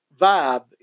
vibe